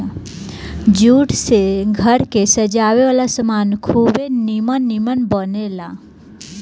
jute से घर के सजावे वाला सामान खुबे निमन निमन बनेला